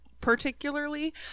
particularly